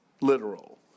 literal